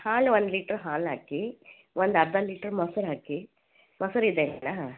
ಹಾಲು ಒಂದು ಲೀಟ್ರ್ ಹಾಲು ಹಾಕಿ ಒಂದು ಅರ್ಧ ಲೀಟ್ರ್ ಮೊಸ್ರು ಹಾಕಿ ಮೊಸರು ಇದೆಯಲ್ಲ